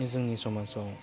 जोंनि समाजाव